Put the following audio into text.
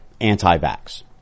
anti-vax